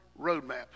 roadmap